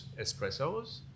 espressos